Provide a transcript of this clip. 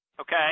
okay